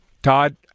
Todd